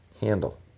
handle